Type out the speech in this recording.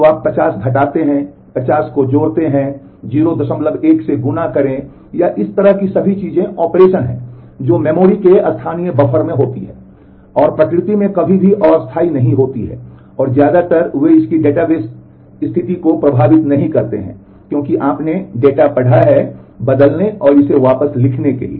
तो आप 50 घटाते हैं आप 50 को जोड़ते हैं 01 से गुणा करें या इस तरह की चीजें सभी ऑपरेशन हैं जो मेमोरी के स्थानीय बफर में होती हैं और प्रकृति में कभी भी अस्थायी नहीं होती है और ज्यादातर वे इसकी डेटाबेस स्थिति को प्रभावित नहीं करते हैं क्योंकि आपने डेटा पढ़ा है बदलने और इसे वापस लिखने के लिए